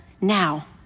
now